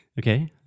Okay